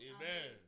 Amen